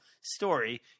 story